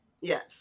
Yes